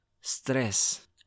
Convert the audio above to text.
stress